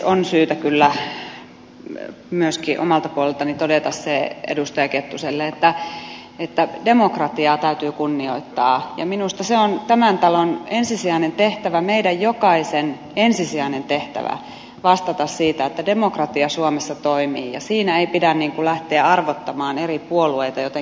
on syytä kyllä myöskin omalta puoleltani todeta se edustaja kettuselle että demokratiaa täytyy kunnioittaa ja minusta se on tämän talon ensisijainen tehtävä meidän jokaisen ensisijainen tehtävä vastata siitä että demokratia suomessa toimii ja siinä ei pidä lähteä arvottamaan eri puolueita jotenkin eri kastiin